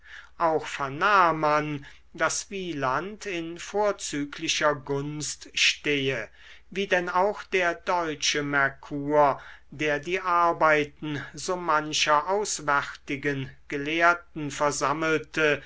auch vernahm man daß wieland in vorzüglicher gunst stehe wie denn auch der deutsche merkur der die arbeiten so mancher auwärtigen gelehrten versammelte